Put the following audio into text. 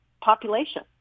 population